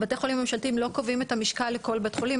לבתי החולים הממשלתיים לא קובעים את המשקל לכל בית חולים,